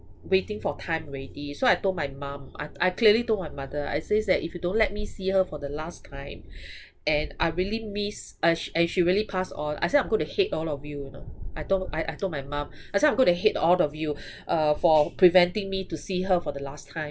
waiting for time already so I told my mum I I clearly told my mother I says that if you don't let me see her for the last time and I really miss as and she really pass on I say I'm going to hate all of you you know I told I I told my mum I say I'm going to hate all of you uh for preventing me to see her for the last time